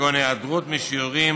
כגון היעדרות משיעורים,